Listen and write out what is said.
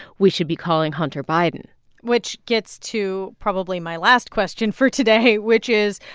we should be calling hunter biden which gets to probably my last question for today, which is,